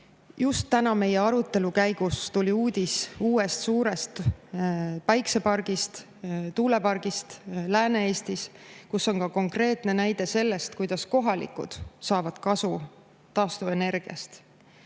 täna meie arutelu käigus tuli uudis uuest suurest päiksepargist, tuulepargist Lääne-Eestis, kus on ka konkreetne näide sellest, kuidas kohalikud saavad kasu taastuvenergiast.